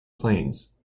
planes